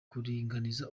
kuringaniza